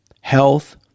health